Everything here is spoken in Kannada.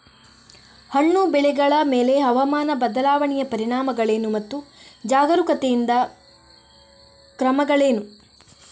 ಹಣ್ಣು ಬೆಳೆಗಳ ಮೇಲೆ ಹವಾಮಾನ ಬದಲಾವಣೆಯ ಪರಿಣಾಮಗಳೇನು ಮತ್ತು ಜಾಗರೂಕತೆಯಿಂದ ಕ್ರಮಗಳೇನು?